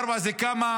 ל-4.4 זה כמה